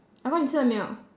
阿公你吃了没有